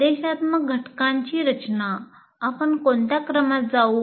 निर्देशात्मक घटकाची रचना आपण कोणत्या क्रमात जाऊ